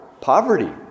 poverty